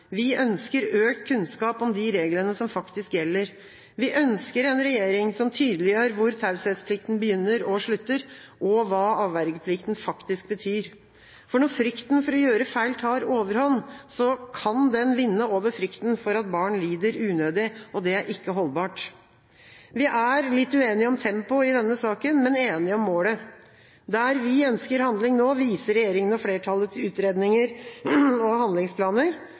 Vi ønsker økt kunnskap om de reglene som faktisk gjelder. Vi ønsker en regjering som tydeliggjør hvor taushetsplikten begynner og slutter, og hva avvergeplikten faktisk betyr. For når frykten for å gjøre feil tar overhånd, kan den vinne over frykten for at barn lider unødig. Det er ikke holdbart. Vi er litt uenige om tempo i denne saken, men enige om målet. Der vi ønsker handling nå, viser regjeringen og flertallet til utredninger og handlingsplaner.